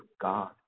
God